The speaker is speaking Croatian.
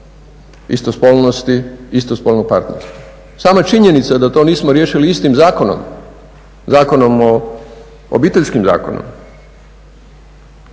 istospolnosti i istospolnog partnerstva. Sama činjenica da to nismo riješili istim zakonom, Obiteljskim zakonom,